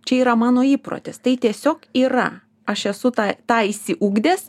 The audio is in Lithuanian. čia yra mano įprotis tai tiesiog yra aš esu tą tą išsiugdęs